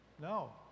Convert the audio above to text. no